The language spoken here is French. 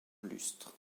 lustre